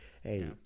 Hey